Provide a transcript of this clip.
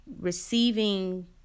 receiving